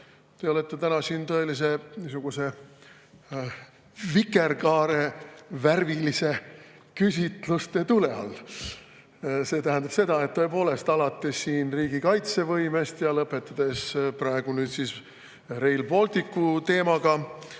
Te olete täna siin tõelise niisuguse vikerkaarevärvilise küsitluse tule all. See tähendab seda, et tõepoolest, alates riigi kaitsevõimest ja lõpetades praegu Rail Balticu teemaga,